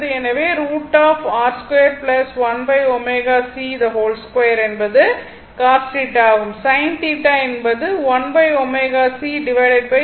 எனவே என்பது cos θ ஆகும்